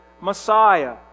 Messiah